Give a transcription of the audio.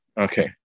Okay